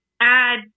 add